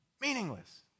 Meaningless